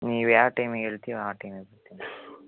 ನೀವ್ಯಾವ ಟೈಮಿಗೆ ಹೇಳ್ತಿರೋ ಆ ಟೈಮಿಗೆ ಬರ್ತೀನಿ